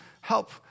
help